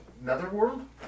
Netherworld